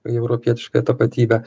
į europietiškąją tapatybę